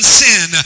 sin